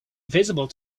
visible